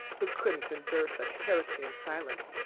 who couldn't endure such heresy in silence.